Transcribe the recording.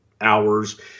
hours